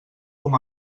com